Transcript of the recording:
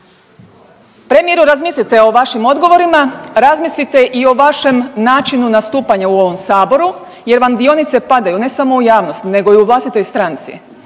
Premijeru razmislite o vašim odgovorima, razmislite i o vašem načinu nastupanja u ovom Saboru jer vam dionice padaju, ne samo u javnost, nego i u vlastitoj stranci.